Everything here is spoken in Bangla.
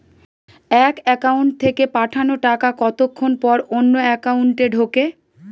এক একাউন্ট থেকে পাঠানো টাকা কতক্ষন পর অন্য একাউন্টে ঢোকে?